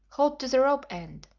hold to the rope end.